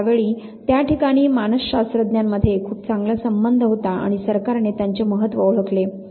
तर त्या वेळी त्या ठिकाणी मानसशास्त्रज्ञांमध्ये खूप चांगला संबंध होता आणि सरकारने त्यांचे महत्त्व ओळखले